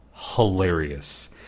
hilarious